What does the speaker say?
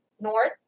north